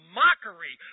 mockery